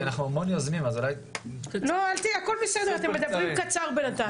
אנחנו באמת מכירים את התופעה הזאת וסובלים ממנה,